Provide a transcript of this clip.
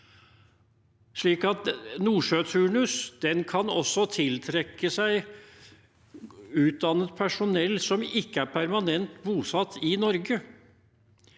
familien. Nordsjøturnus kan også tiltrekke seg utdannet personell som ikke er permanent bosatt i Norge.